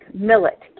millet